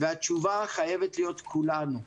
התשובה חייבת להיות כולנו.